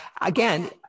again